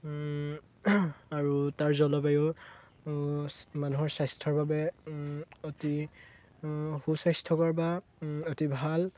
আৰু তাৰ জলবায়ু মানুহৰ স্বাস্থ্যৰ বাবে অতি সুস্বাস্থ্যকৰ বা অতি ভাল